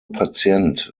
patient